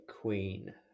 Queen